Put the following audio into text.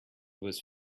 was